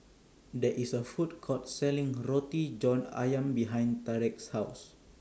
There IS A Food Court Selling Roti John Ayam behind Tyrek's House